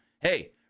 hey